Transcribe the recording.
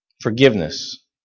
forgiveness